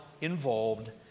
involved